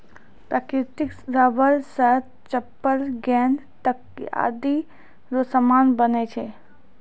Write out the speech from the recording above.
प्राकृतिक रबर से चप्पल गेंद तकयादी रो समान बनै छै